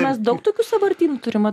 mes daug tokių sąvartynų turim